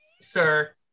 sir